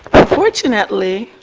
unfortunately,